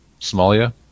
Somalia